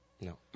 No